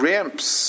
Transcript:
Ramps